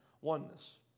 oneness